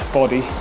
body